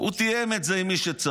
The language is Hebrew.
הוא תיאם את זה עם מי שצריך,